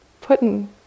putting